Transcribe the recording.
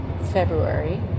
February